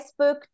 facebook